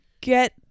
get